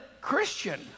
Christian